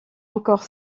encore